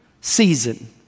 season